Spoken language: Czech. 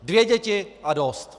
Dvě děti a dost!